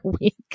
week